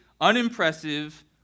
unimpressive